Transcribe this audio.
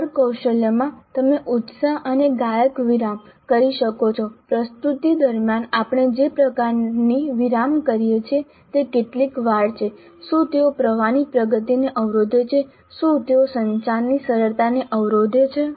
સ્વર કૌશલ્યમાં તમે ઉત્સાહ અને ગાયક વિરામ ઉહ સારું અમ આહ કરી શકો છો પ્રસ્તુતિ દરમિયાન આપણે જે પ્રકારની વિરામ કરીએ છીએ તે કેટલી વાર છે શું તેઓ પ્રવાહની પ્રગતિને અવરોધે છે શું તેઓ સંચારની સરળતાને અવરોધે છે